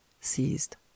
seized